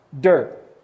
dirt